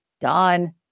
Done